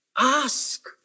Ask